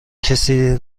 کسی